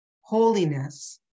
holiness